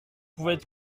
pouvait